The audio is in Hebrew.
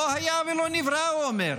לא היה ולא נברא, הוא אומר.